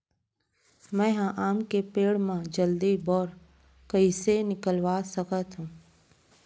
मैं ह आम के पेड़ मा जलदी बौर कइसे निकलवा सकथो?